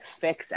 fix